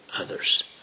others